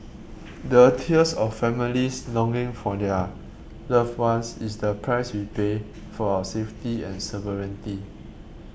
the tears of families longing for their loved ones is the price we pay for our safety and sovereignty